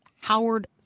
Howard